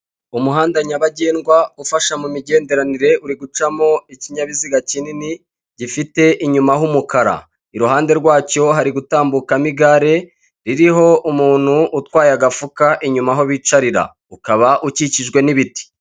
Umuhanda nyabagendwa ufasha mu migenderanire uri gucamo ikinyabiziga kinini gifite inyuma h'umukara, iruhande rwacyo hari gutambukamo igare ririho umuntu utwaye agafuka inyuma aho bicarira, ukaba ukikijwe n'ibiti.